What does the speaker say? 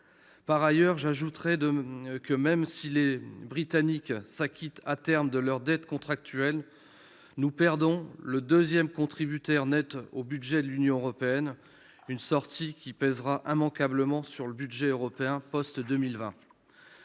Par ailleurs, même si les Britanniques s'acquittent à terme de leur dette contractuelle, nous perdrons le deuxième contributeur net au budget de l'Union européenne. Leur sortie pèsera immanquablement sur le budget européen post-2020.